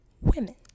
women